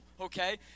okay